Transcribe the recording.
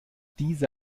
diese